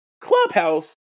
Clubhouse